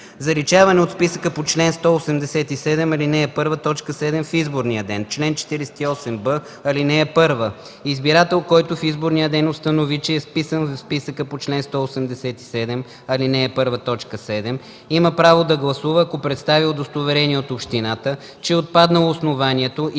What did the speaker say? „Заличаване от списъка по чл. 187, ал. 1, т. 7 в изборния ден Чл. 48б. (1) Избирател, който в изборния ден установи, че е вписан в списъка по чл. 187, ал. 1, т. 7 има право да гласува, ако представи удостоверение от общината, че е отпаднало основанието